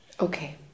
Okay